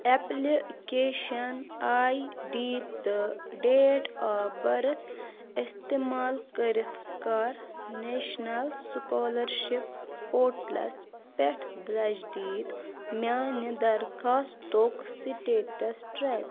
application I D تہٕ date of birth استعمال کٔرِتھ کر نیشنل سُکالرشپ پورٹلس پٮ۪ٹھ تجدیٖد میانہِ درخاستُک سٹیٹس ٹریک